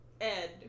Ed